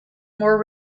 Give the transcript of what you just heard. more